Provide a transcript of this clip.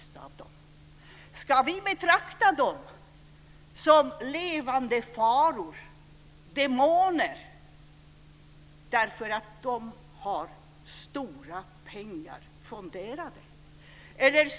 Ska vi betrakta dem som faror eller demoner därför att de har fonderat mycket pengar?